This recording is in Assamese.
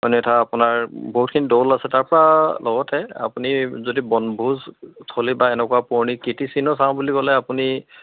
মানে এটা আপোনাৰ বহুতখিনি দৌল আছে তাৰপৰা লগতে আপুনি যদি বনভোজ থলী বা এনেকুৱা পুৰণি কীৰ্তিচিহ্ন চাওঁ বুলি ক'লে আপুনি